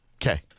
Okay